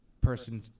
person